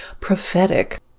prophetic